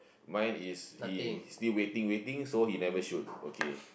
mine is he still waiting waiting so he never shoot okay